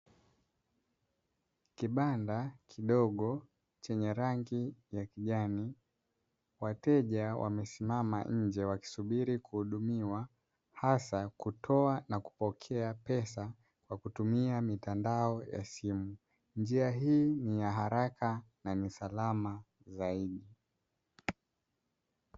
Kibanda kidogo chenye rangi ya kijani. Wateja wamesimama nje wakisubiri kuhudumiwa, hasa kutoa na kupokea pesa kwa kutumia mitandao ya simu, njia hii ni ya haraka na ni salama zaidi.